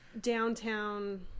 downtown